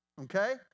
okay